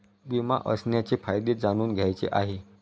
विमा असण्याचे फायदे जाणून घ्यायचे आहे